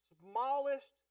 smallest